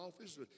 office